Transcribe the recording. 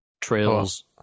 Trails